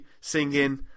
singing